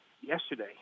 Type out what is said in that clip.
yesterday